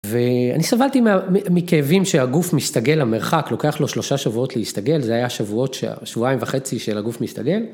ואני סבלתי מכאבים שהגוף מסתגל למרחק, לוקח לו שלושה שבועות להסתגל. זה היה שבועות, שבועיים וחצי, של הגוף מסתגל.